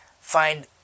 find